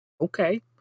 okay